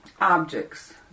Objects